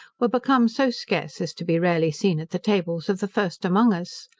were become so scarce, as to be rarely seen at the tables of the first among us.